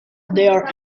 there